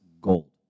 gold